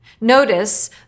Notice